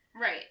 Right